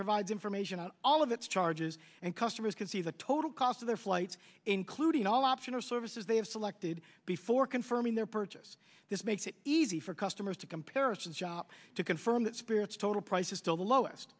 provides information on all of its charges and customers can see the total cost of their flights including all option or services they have selected before confirming their purchase this makes it easy for customers to comparison shop to confirm that spirit's total price is still the lowest